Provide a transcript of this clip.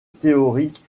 théorique